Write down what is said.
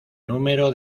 número